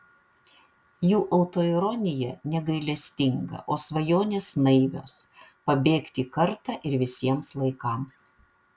jų autoironija negailestinga o svajonės naivios pabėgti kartą ir visiems laikams